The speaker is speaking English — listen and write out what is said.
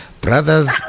Brothers